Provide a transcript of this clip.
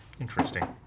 Interesting